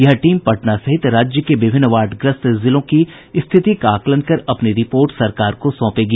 यह टीम पटना सहित राज्य के विभिन्न बाढ़ग्रस्त जिलों की स्थिति का आकलन कर अपनी रिपोर्ट सरकार को सौंपेगी